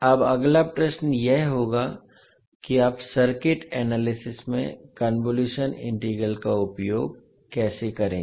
अब अगला प्रश्न यह होगा कि आप सर्किट एनालिसिस में कन्वोलुशन इंटीग्रल का उपयोग कैसे करेंगे